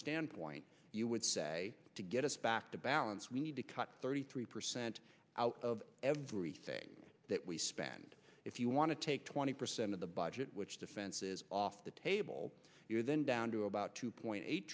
standpoint you would say to get us back to balance we need to cut thirty three percent out of every thing that we spend if you want to take twenty percent of the budget which defense is off the table then down to about two point eight